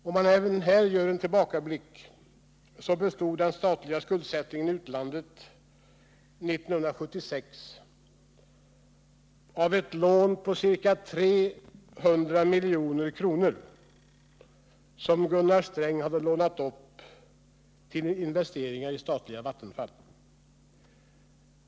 Om man även här gör en tillbakablick så bestod den statliga skuldsättningen i utlandet 1976 av ett lån på ca 300 milj.kr., som Gunnar Sträng hade lånat upp för investeringar i statliga vattenfall.